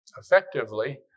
effectively